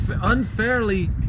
unfairly